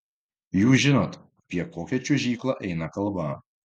jūs žinot apie kokią čiuožyklą eina kalba